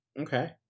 Okay